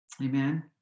Amen